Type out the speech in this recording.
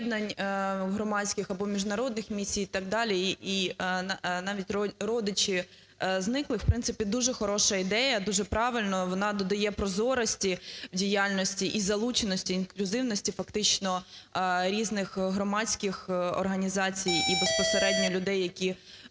об'єднань, громадських або міжнародних місій і так далі, і навіть родичі зниклих. В принципі, дуже хороша ідея, дуже правильна, вона додає прозорості в діяльності ізалученості, інклюзивності фактично різних громадських організацій і безпосередньо людей, які,